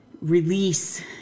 release